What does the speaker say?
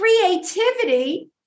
creativity